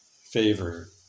favor